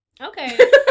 Okay